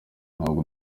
ntabwo